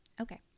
Okay